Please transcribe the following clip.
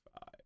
five